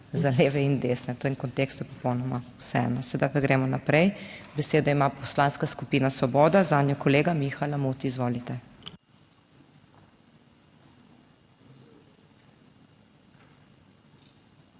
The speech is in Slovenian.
za leve in desne, v tem kontekstu je popolnoma vseeno. Sedaj pa gremo naprej. Besedo ima Poslanska skupina Svoboda, zanjo kolega Miha Lamut. Izvolite.